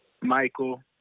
Michael